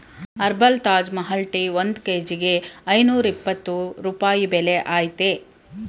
herbal Taj Mahal tea ಒಂದ್ ಕೇಜಿಗೆ ಐನೂರ್ಯಪ್ಪತ್ತು ರೂಪಾಯಿ ಬೆಲೆ ಅಯ್ತೇ